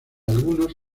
algunos